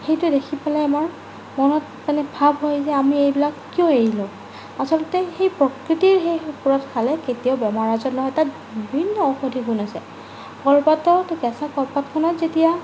সেইটো দেখি পেলাই আমাৰ মনত মানে ভাৱ হয় যে আমি এইবিলাক কিয় এৰিলোঁ আচলতে সেই প্ৰকৃতিৰ সেই ওপৰত খালে কেতিয়াও বেমাৰ আজাৰ নহয় তাত বিভিন্ন ঔষধি গুণ আছে কলপাতত কেঁচা কলপাতখনত যেতিয়া